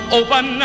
open